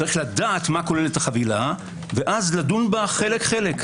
צריך לדעת מה כוללת החבילה, ואז לדון בה חלק-חלק.